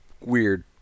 weird